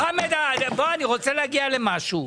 חמד, רגע, אני רוצה להגיע למשהו.